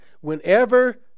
Whenever